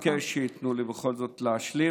אני מבקש שייתנו לי בכל זאת להשלים.